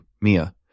Mia